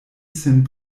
sin